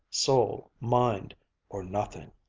soul, mind or nothing!